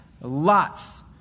lots